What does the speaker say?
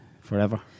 Forever